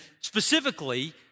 specifically